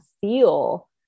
feel